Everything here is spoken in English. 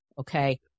Okay